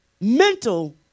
mental